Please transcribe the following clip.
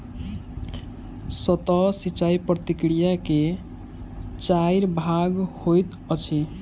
सतह सिचाई प्रकिया के चाइर भाग होइत अछि